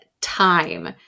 time